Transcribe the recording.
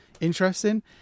Interesting